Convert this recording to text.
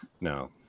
No